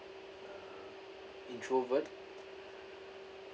uh introvert